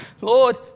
Lord